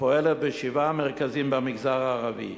הפועלת בשבעה מרכזים במגזר הערבי.